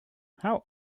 how